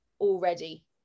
already